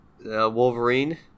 Wolverine